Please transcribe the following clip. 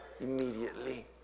immediately